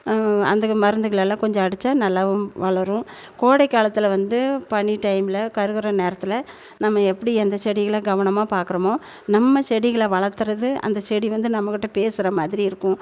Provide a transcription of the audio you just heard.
அந்த மருந்துகளெல்லாம் கொஞ்சம் அடித்தா நல்லாவும் வளரும் கோடை காலத்தில் வந்து பனி டைமில் கருகுகிற நேரத்தில் நம்ம எப்படி அந்த செடிகளை கவனமாக பார்கறோமோ நம்ம செடிகளை வளர்த்தறது அந்த செடி வந்து நம்மக்கிட்ட பேசுற மாதிரி இருக்கும்